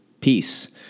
peace